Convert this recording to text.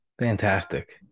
Fantastic